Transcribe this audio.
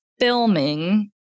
filming